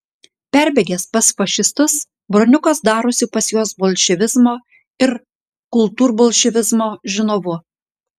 perbėgęs pas fašistus broniukas darosi pas juos bolševizmo ir kultūrbolševizmo žinovu